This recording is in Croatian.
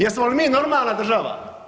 Jesmo li mi normalna država.